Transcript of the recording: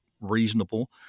reasonable